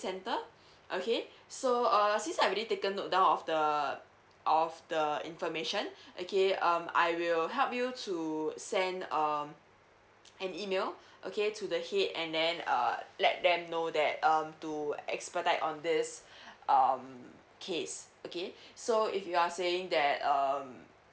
centre okay so err since I've already taken note down of the of the information okay um I will help you to send um an email okay to the head and then uh let them know that um to expedite on this um case okay so if you are saying that um